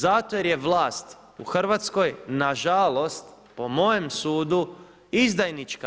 Zato jer je vlast u Hrvatskoj na žalost po mojem sudu izdajnička.